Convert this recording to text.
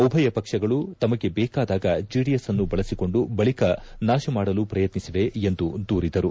ಉಭಯ ಪಕ್ಷಗಳು ತಮಗೆ ಬೇಕಾದಾಗ ಜೆಡಿಎಸ್ ಅನ್ನು ಬಳಸಿಕೊಂಡು ಬಳಿಕ ನಾಶಮಾಡಲು ಪ್ರಯತ್ನಿಸಿವೆ ಎಂದು ದೂರಿದರು